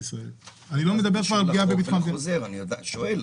ארז, חזור בבקשה